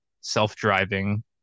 self-driving